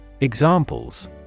Examples